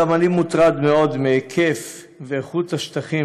גם אני מוטרד מאוד מהיקף ואיכות השטחים